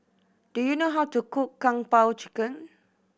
do you know how to cook Kung Po Chicken